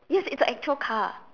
yes it's a actual car